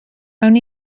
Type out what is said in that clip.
mewn